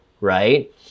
right